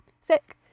sick